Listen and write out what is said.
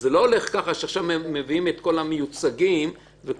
אז זה לא הולך ככה שעכשיו מביאים את כל המיוצגים וכולם